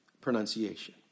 pronunciation